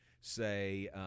say